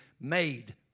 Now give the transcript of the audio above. made